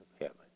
heaven